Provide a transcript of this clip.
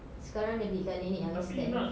sekarang dia belikan nenek yang stand